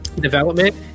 development